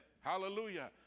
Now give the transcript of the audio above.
Hallelujah